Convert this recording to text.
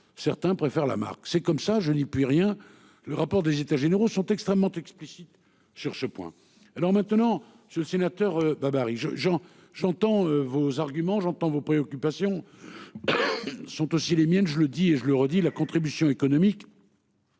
certains préfèrent la marque, c'est comme ça je n'y peux rien. Le rapport des états généraux sont extrêmement explicites sur ce point. Alors maintenant c'est le sénateur babary je j'en j'entends vos arguments. J'entends vos préoccupations. Sont aussi les miennes, je le dis et je le redis, la contribution économique.